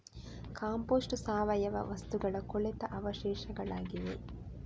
compost ಸಾವಯವ ವಸ್ತುಗಳ ಕೊಳೆತ ಅವಶೇಷಗಳಾಗಿವೆ